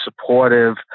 supportive